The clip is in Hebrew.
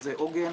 וזה "עוגן".